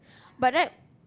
but right